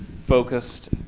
focused